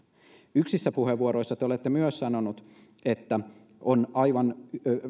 yksissä puheenvuoroissa te olette myös sanonut että on aivan